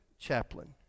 chaplain